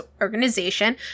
Organization